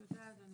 תודה, אדוני.